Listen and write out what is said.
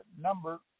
number